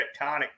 tectonic